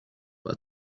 بحث